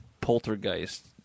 Poltergeist